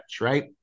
right